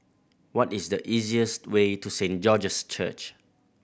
what is the easiest way to Saint George's Church